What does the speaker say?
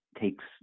takes